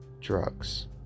drugs